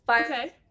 okay